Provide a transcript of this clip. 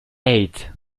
eight